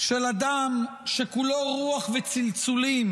של אדם שכולו רוח וצלצולים,